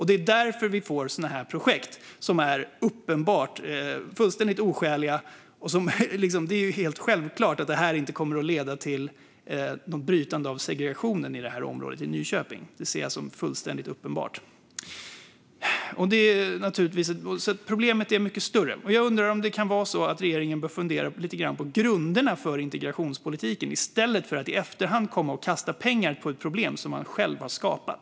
Det är därför vi får sådana här projekt som är fullständigt oskäliga. Det är helt självklart att detta inte kommer att leda till att segregationen bryts i det här området i Nyköping. Det ser jag som fullständigt uppenbart. Problemet är alltså mycket större. Jag undrar om regeringen bör fundera lite grann på grunderna för integrationspolitiken i stället för att i efterhand kasta pengar på ett problem som man själv har skapat.